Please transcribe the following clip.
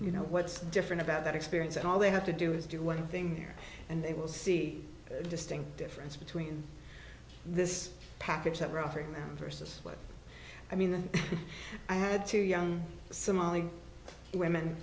you know what's different about that experience and all they have to do is do one thing here and they will see a distinct difference between this package that are offered versus what i mean i had two young somali women